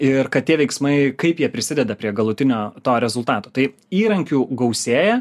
ir kad tie veiksmai kaip jie prisideda prie galutinio to rezultato tai įrankių gausėja